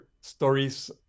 stories